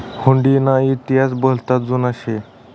हुडी ना इतिहास भलता जुना शे